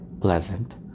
pleasant